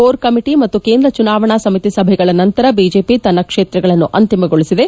core committee ಮತ್ತು ಕೇಂದ್ರ ಚುನಾವಣಾ ಸಮಿತಿ ಸಭೆಗಳ ನಂತರ ಬಿಜೆಪಿ ತನ್ನ ಕ್ಷೇತ್ರಗಳನ್ನು ಅಂತಿಮಗೊಳಿಸಿದೆ